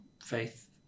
faith